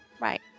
Right